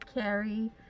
carrie